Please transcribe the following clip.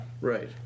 right